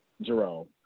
Jerome